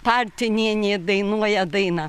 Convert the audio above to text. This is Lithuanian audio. paltinienė dainuoja dainą